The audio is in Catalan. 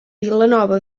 vilanova